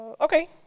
Okay